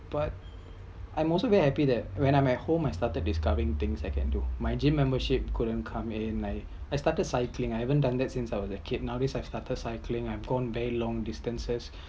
but I’m also very happy that when I’m at home I started discovering thing I can do my gym membership couldn’t come in I I started cycling I haven’t done that since I was a kid now this I’m started cycling I’m going very long distances